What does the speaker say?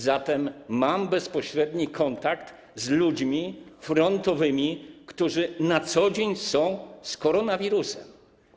Zatem mam bezpośredni kontakt z ludźmi frontowymi, którzy na co dzień są z koronawirusem.